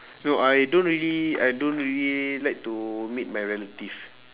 no I don't really I don't really like to meet my relative